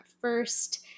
first